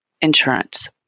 insurance